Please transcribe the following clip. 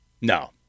No